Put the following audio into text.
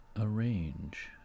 Arrange